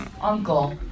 uncle